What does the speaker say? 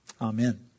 Amen